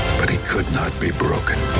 but he could not be broken.